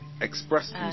expressed